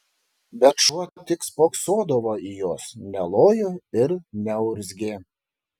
bet šuo tik spoksodavo į juos nelojo ir neurzgė